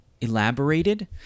elaborated